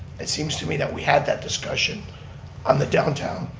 it seems to me that we had that discussion on the downtown